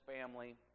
family